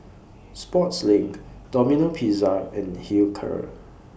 Sportslink Domino Pizza and Hilker